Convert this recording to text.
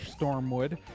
stormwood